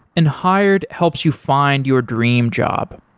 and hired helps you find your dream job.